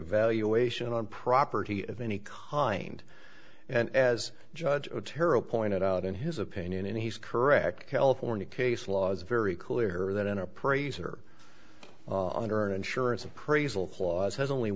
valuation on property of any kind and as judge otero pointed out in his opinion and he's correct california case law is very clear that an appraiser and earn insurance appraisal clause has only